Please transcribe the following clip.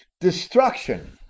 destruction